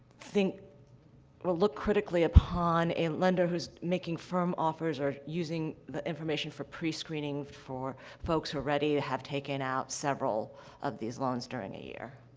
think will look critically upon a lender who's making firm offers or using the information for prescreening for folks who already have taken out several of these loans during a year.